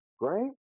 right